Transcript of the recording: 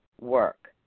work